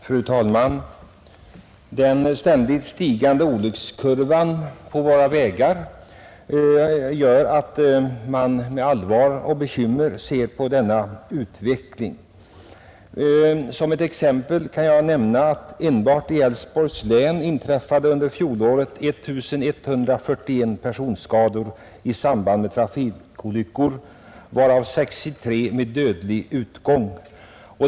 Fru talman! Den ständigt stigande olyckskurvan på våra vägar borde vara ett allvarligt observandum för regeringen att ompröva föreliggande anslagsäskanden för byggande och underhåll av vägar, i synnerhet sådana vägar vilkas standard är av den beskaffenheten att de utgör trafikfällor. Tyvärr är många vägar i landet i sådant skick att de utgör verkliga trafikfaror. Enbart i Älvsborgs län inträffade under fjolåret 1 141 personskador i samband med trafikolyckor varav 63 med dödlig utgång.